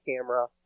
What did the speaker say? camera